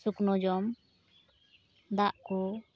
ᱥᱩᱠᱱᱳ ᱡᱚᱢ ᱫᱟᱜ ᱠᱚ